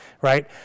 right